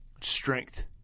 strength